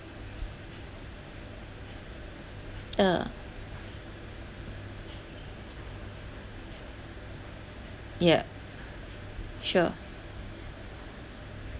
ah yeah sure